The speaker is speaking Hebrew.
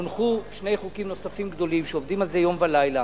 הונחו שני חוקים נוספים גדולים שעובדים על זה יום ולילה.